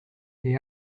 les